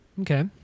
Okay